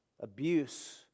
Abuse